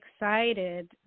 excited